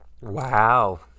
Wow